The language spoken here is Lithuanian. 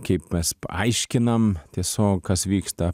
kaip mes paaiškinam tiesiog kas vyksta